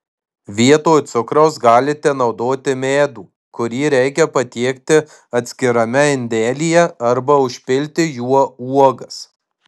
vietoj cukraus galite naudoti medų kurį reikia patiekti atskirame indelyje arba užpilti juo uogas